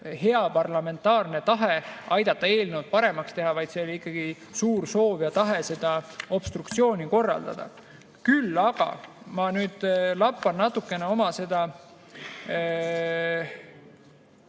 hea parlamentaarne tahe aidata eelnõu paremaks teha, vaid see oli ikkagi suur soov ja tahe obstruktsiooni korraldada. Aga ma nüüd lappan natukene oma